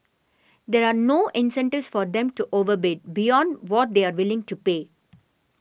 there are no incentives for them to overbid beyond what they are willing to pay